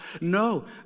No